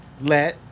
let